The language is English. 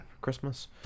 Christmas